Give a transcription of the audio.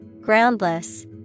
Groundless